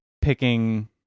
picking